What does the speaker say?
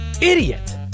Idiot